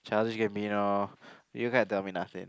Childish-Gambino you can't tell me nothing